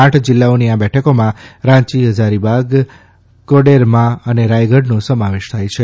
આઠ જિલ્લાઓની આ બેઠકોમાં રાંચી હઝારીબાગ કોડેરમા અને રામગઢનો સમાવેશ થાય છે